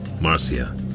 Marcia